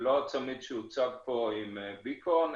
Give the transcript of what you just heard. לא הצמיד שהוצג עם ביקון,